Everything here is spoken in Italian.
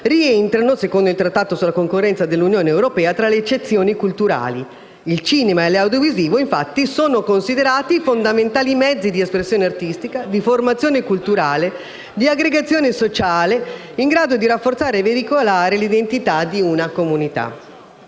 rientrano, secondo il Trattato sul funzionamento dell'Unione europea, tra le eccezioni culturali. Il cinema e l'audiovisivo, infatti, sono considerati fondamentali mezzi di espressione artistica, di formazione culturale e di aggregazione sociale in grado di rafforzare e veicolare l'identità di una comunità.